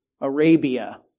Arabia